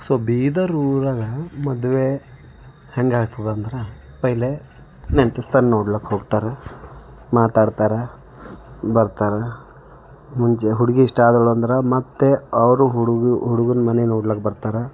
so Bidar ಊರಾಗೆ ಮದುವೆ ಹೇಗಾಗ್ತದ ಅಂದರೆ ಪೈಲೇ ನೆಂಟಸ್ತನ ನೋಡ್ಲಾಕ್ಕೆ ಹೋಗ್ತಾರ ಮಾತಾಡ್ತಾರೆ ಬರ್ತಾರೆ ಮುಂಚೆ ಹುಡುಗಿ ಇಷ್ಟ ಆದಳು ಅಂದರೆ ಮತ್ತೆ ಅವರೂ ಹುಡುಗ ಹುಡುಗನ ಮನೆ ನೋಡ್ಲಾಕ್ಕೆ ಬರ್ತಾರ